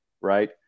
right